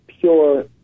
pure